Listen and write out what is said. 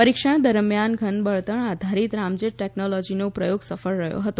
પરીક્ષણ દરમિયાન ઘન બળતણ આધારિત રામજેટ ટેકનોલોજીનો પ્રયોગ સફળ રહ્યો હતો